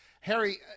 Harry